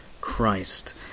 Christ